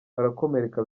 barakomereka